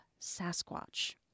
Sasquatch